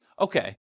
okay